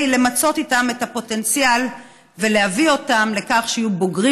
למצות איתם את הפוטנציאל ולהביא אותם לכך שיהיו בוגרים,